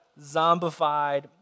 zombified